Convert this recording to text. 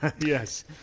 Yes